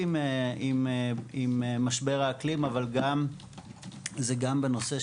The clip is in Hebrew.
לגבי אדפטציה אנחנו בעיקר בוחנים את